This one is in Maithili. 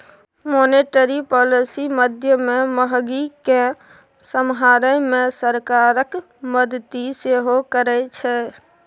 मॉनेटरी पॉलिसी माध्यमे महगी केँ समहारै मे सरकारक मदति सेहो करै छै